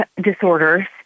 Disorders